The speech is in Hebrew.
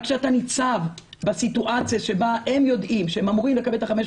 רק כשאתה ניצב בסיטואציה שבה הם יודעים שהם אמורים לקבל את ה-500